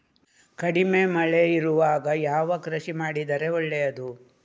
ಕಡಿಮೆ ಮಳೆ ಇರುವಾಗ ಯಾವ ಕೃಷಿ ಮಾಡಿದರೆ ಒಳ್ಳೆಯದು?